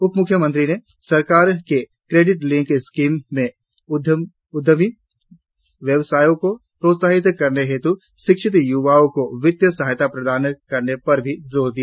उपमुख्यमंत्री ने सरकार की क्रेडिट लिंक स्कीम में उद्यमी व्यवसायकों को प्रोत्साहित करने हेतु शिक्षित युवाओं को वित्तीय सहायता प्रदान करने पर भी जोर दिया